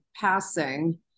passing